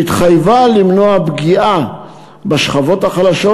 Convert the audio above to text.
שהתחייבה למנוע פגיעה בשכבות החלשות.